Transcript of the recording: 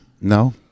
No